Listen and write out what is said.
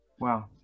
wow